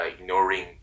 ignoring